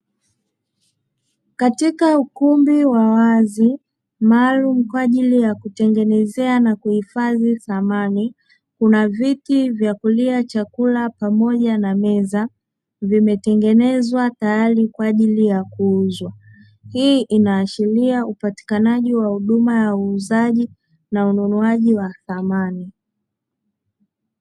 Katika ukumbi wa wazi maalumu kwa ajili ya kutengenezea na kuhifadhi samani, kuna viti vya kulia chakula pamoja na meza vimetengenezwa tayari kwa ajili ya kuuzwa. Hii inaashiria upatikanaji wa huduma ya uuzaji na ununuaji wa samani.